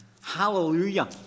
Hallelujah